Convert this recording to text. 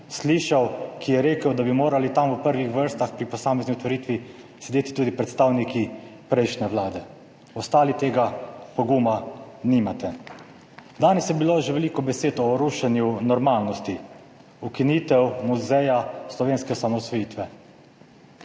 slišal, da je rekel, da bi morali tam v prvih vrstah pri posamezni otvoritvi sedeti tudi predstavniki prejšnje vlade. Ostali tega poguma nimate. Danes je bilo že veliko besed o rušenju normalnosti. Ukinitev Muzeja slovenske osamosvojitve.